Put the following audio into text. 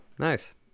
Nice